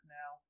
now